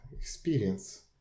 experience